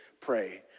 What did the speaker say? pray